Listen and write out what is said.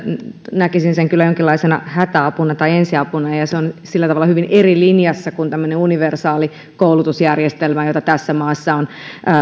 näkisin sen kyllä jonkinlaisena hätäapuna tai ensiapuna se on sillä tavalla hyvin eri linjassa kuin tämmöinen universaali koulutusjärjestelmä jota tässä maassa on